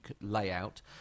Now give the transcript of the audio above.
layout